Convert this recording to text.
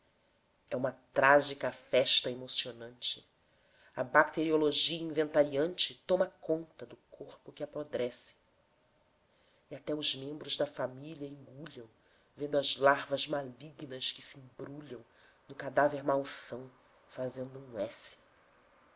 é uma trágica festa emocionante a bacteriologia inventariante toma conta do corpo que apodrece e até os membros da família engulham vendo as larvas malignas que se embrulham no cadáver malsão fazendo um